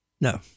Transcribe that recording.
No